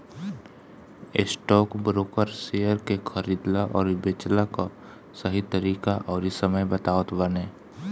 stockbroker share के खरीदला अउरी बेचला कअ सही तरीका अउरी समय बतावत बाने